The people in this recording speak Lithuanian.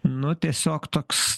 nu tiesiog toks